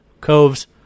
coves